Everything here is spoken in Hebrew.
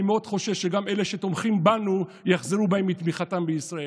אני מאוד חושש שגם אלה שתומכים בנו יחזרו בהם מתמיכתם בישראל.